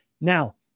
Now